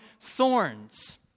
thorns